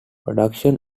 production